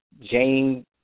Jane